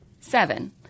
Seven